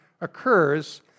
occurs